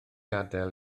adael